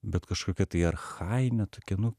bet kažkokia tai archainė tokia nu